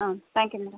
thank you madam